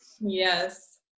yes